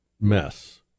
mess